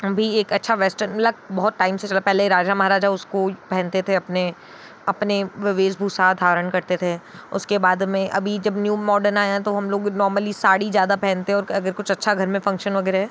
भी एक अच्छा वेस्टर्न लक बहुत टाइम से चला पहले राज़ा महराजा उसको पहनते थे अपने अपने वेशभूषा धारण करते थे उसके बाद में अभी जब न्यू मॉडर्न आया तो हम लोग नॉर्मली साड़ी ज़्यादा पहनते है अगर कुछ अच्छा घर में फंक्शन वगैरह है